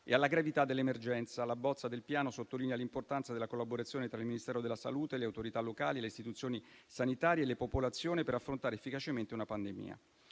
e alla gravità dell'emergenza. La bozza del piano sottolinea l'importanza della collaborazione tra il Ministero della salute, le autorità locali, le istituzioni sanitarie e le popolazioni per affrontare efficacemente una pandemia.